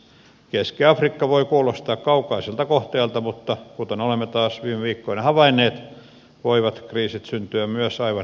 keski afrikka voi kuulostaa kaukaiselta kohteelta mutta kuten olemme taas viime viikkoina havainneet voivat kriisit syntyä myös aivan lähialueillamme